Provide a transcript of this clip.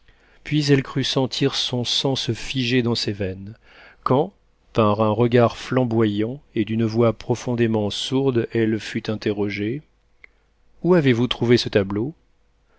puis elle crut sentir son sang se figer dans ses veines quand par un regard flamboyant et d'une voix profondément sourde elle fut interrogée où avez-vous trouvé ce tableau